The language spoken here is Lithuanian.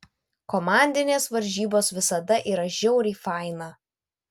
komandinės varžybos visada yra žiauriai faina